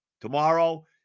Tomorrow